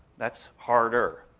that's harder.